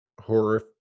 horror